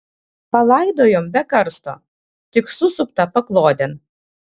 palaidojom be karsto tik susuptą paklodėn